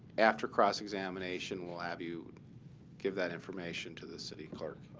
after cross-examination, we'll have you give that information to the city clerk.